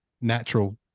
natural